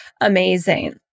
amazing